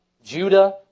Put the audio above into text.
Judah